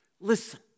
Listen